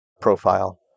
profile